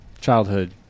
Childhood